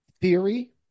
theory